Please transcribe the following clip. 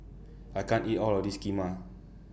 I can't eat All of This Kheema